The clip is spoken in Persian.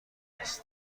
نیست